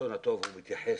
הרצון הטוב מתייחס